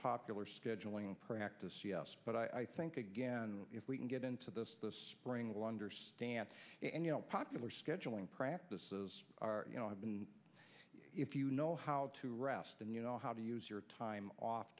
popular scheduling practice yes but i think again if we can get into the spring will understand and you know popular scheduling practices are you know i've been if you know how to rest and you know how to use your time off